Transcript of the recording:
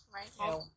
Right